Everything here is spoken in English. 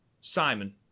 Simon